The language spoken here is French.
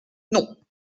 non